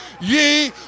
ye